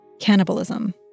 cannibalism